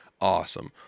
awesome